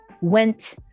went